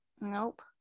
Nope